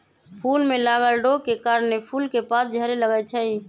फूल में लागल रोग के कारणे फूल के पात झरे लगैए छइ